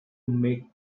make